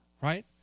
Right